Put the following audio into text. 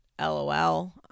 LOL